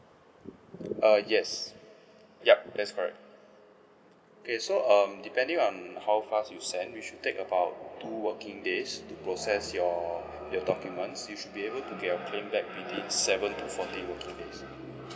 uh yes yup that's correct okay so um depending on how fast you send we should take about two working days to process your your documents you should be able to get your claim back within seven to fourteen working days